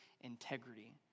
integrity